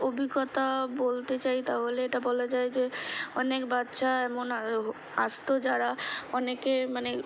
অভিজ্ঞতা বলতে চাই তাহলে এটা বলা যায় যে অনেক বাচ্চা এমন আসতো যারা অনেকে মানে